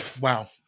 Wow